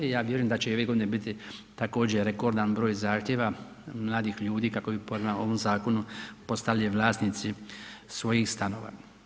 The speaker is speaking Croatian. I ja vjerujem da će i ove godine biti također rekordan broj zahtjeva mladih ljudi kako bi prema ovom zakonu postali vlasnici svojih stanova.